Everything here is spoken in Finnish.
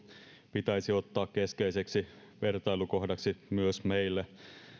pitäisi ottaa keskeiseksi vertailukohdaksi myös meille